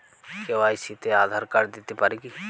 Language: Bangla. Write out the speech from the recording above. কে.ওয়াই.সি তে আঁধার কার্ড দিতে পারি কি?